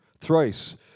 thrice